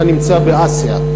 אתה נמצא באסיה,